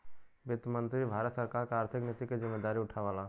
वित्त मंत्री भारत सरकार क आर्थिक नीति क जिम्मेदारी उठावला